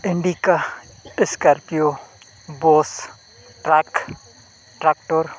Indica scorpio bus truck tractor